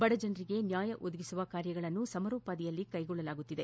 ಬಡಜನರಿಗೆ ನ್ಯಾಯ ಒದಗಿಸುವ ಕಾರ್ಯಗಳನ್ನು ಸಮರೋಪಾದಿಯಲ್ಲಿ ಕ್ಲೆಗೊಳ್ಳಲಾಗಿದೆ